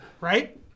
right